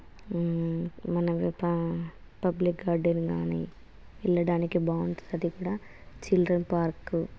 మనం ఎప్పా public garden కానీ వెళ్ళడానికి బాగుంటుంది అది అది కూడా చిల్డ్రన్ పార్కు